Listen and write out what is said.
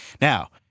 Now